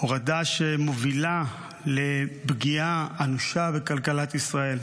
הורדה שמובילה לפגיעה אנושה בכלכלת ישראל,